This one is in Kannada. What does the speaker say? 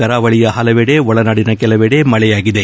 ಕರಾವಳಿಯ ಹಲವೆಡೆ ಒಳನಾಡಿನ ಕೆಲವೆಡೆ ಮಳೆಯಾಗಿದೆ